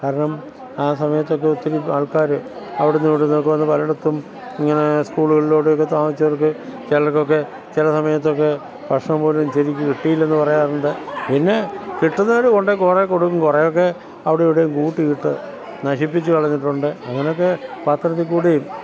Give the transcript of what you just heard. കാരണം ആ സമയത്തൊക്കെ ഒത്തിരി ആള്ക്കാർ അവിടെനിന്നും ഇവിടെനിന്നും ഒക്കെ വന്ന് പലയിടത്തും ഇങ്ങനെ സ്കൂളുകളിലൂടെയൊക്കെ താമസിച്ചവര്ക്ക് ചിലര്ക്കൊക്കെ ചില സമയത്തൊക്കെ ഭക്ഷണം പോലും ശരിക്ക് കിട്ടിയില്ലെന്ന് പറയാറുണ്ട് പിന്നെ കിട്ടുന്നവർ കൊണ്ട് കുറേ കൊടുക്കും കുറേയൊക്കെ അവിടെ ഇവിടേയും കൂട്ടിയിട്ട് നശിപ്പിച്ച് കളഞ്ഞിട്ടുണ്ട് അങ്ങനെയൊക്കെ പത്രത്തില്ക്കൂടിയും